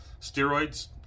Steroids